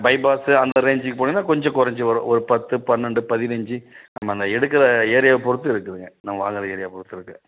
bypass அந்த ரேஞ்சுக்குப் போனீங்கன்னா கொஞ்சம் குறஞ்சு வரும் ஒரு பத்து பன்னெண்டு பதினைஞ்சு நம்ம அந்த எடுக்கிற ஏரியாவை பொறுத்து இருக்குதுங்க நம்ம வாங்கிற ஏரியா பொறுத்து இருக்குது